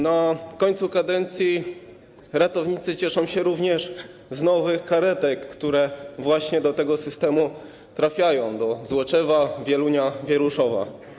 Na koniec kadencji ratownicy cieszą się również z nowych karetek, które właśnie do tego systemu trafiają, do Złoczewa, Wielunia, Wieruszowa.